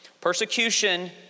Persecution